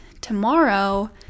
tomorrow